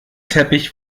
teppich